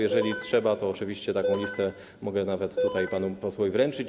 Jeżeli trzeba, to oczywiście taką listę mogę nawet tutaj panu posłowi wręczyć.